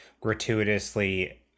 gratuitously